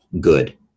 good